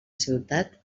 ciutat